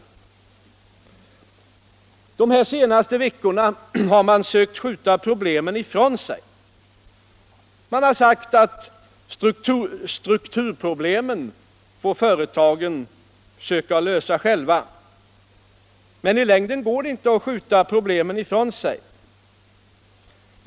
Under de senaste veckorna har man sökt skjuta problemen ifrån sig. Man har sagt att företagen får försöka lösa strukturproblemen själva. Men i längden går det inte att skjuta problemen ifrån sig.